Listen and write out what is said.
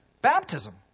Baptism